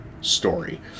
story